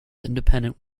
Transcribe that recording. independent